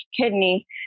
kidney